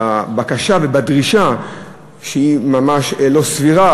בבקשה ובדרישה שהיא ממש לא סבירה,